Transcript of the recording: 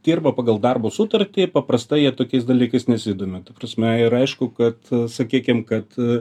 dirba pagal darbo sutartį paprastai jie tokiais dalykais nesidomi ta prasme ir aišku kad sakykim kad